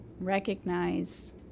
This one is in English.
Recognize